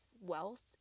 wealth